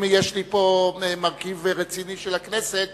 אם יש לי פה מרכיב רציני של הכנסת,